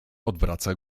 odwraca